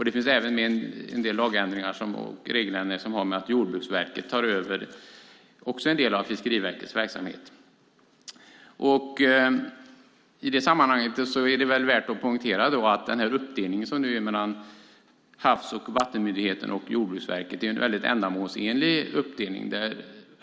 Det finns även en del lagändringar och regeländringar som har att göra med att Jordbruksverket också tar över en del av Fiskeriverkets verksamhet. I det sammanhanget är det värt att poängtera att den uppdelning som nu är mellan Havs och vattenmyndigheten och Jordbruksverket är en mycket ändamålsenlig uppdelning.